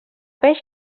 peix